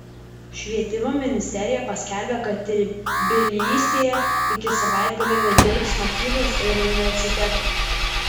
švietimo ministerija paskelbė kad tbilisyje iki savaitgalio nedirbs mokyklos ir universitetai